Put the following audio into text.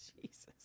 Jesus